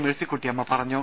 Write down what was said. മേഴ്സിക്കുട്ടിയമ്മ പറഞ്ഞു